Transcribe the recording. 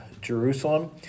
Jerusalem